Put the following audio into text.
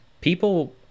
people